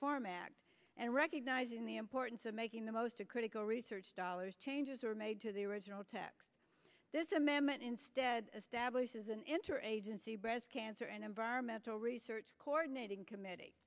reformat and recognizing the importance of making the most of critical research dollars changes are made to the original text this amendment instead stably says an interagency breast cancer and environmental research coordinating committee